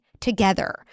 Together